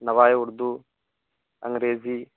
نوائے اردو انگریزی